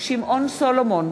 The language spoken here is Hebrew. שמעון סולומון,